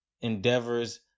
endeavors